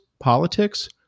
Politics